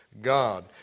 God